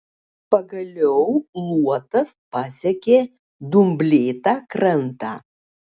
pagaliau luotas pasiekė dumblėtą krantą